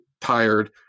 tired